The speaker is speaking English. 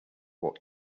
what